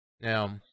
Now